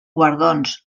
guardons